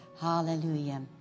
Hallelujah